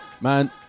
Man